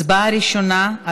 הצבעה ראשונה,